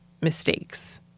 mistakes